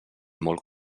molt